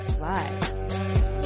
Live